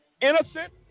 innocent